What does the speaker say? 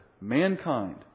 Mankind